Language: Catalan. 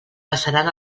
passaran